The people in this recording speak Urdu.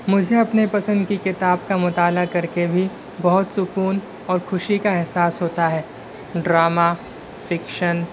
مجھے اپنے پسند کی کتاب کا مطالعہ کر کے بھی بہت سکون اور خوشی کا احساس ہوتا ہے ڈرامہ فکشن